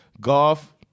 golf